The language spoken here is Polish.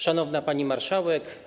Szanowna Pani Marszałek!